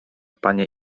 panie